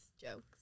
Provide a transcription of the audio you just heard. jokes